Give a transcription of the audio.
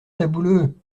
sabouleux